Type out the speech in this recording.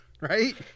right